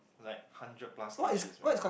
like hundred plus K_G as well